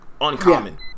uncommon